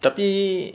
tapi